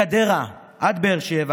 מגדרה עד באר שבע